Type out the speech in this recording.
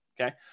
Okay